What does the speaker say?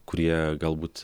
kurie galbūt